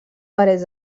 parets